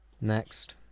Next